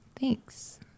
thanks